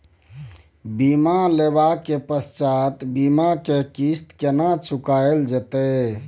बीमा लेबा के पश्चात बीमा के किस्त केना चुकायल जेतै?